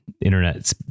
internet